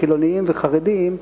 חילונים וחרדים,